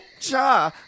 Ja